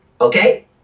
okay